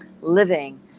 living